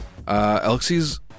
Alexi's